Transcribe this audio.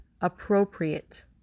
appropriate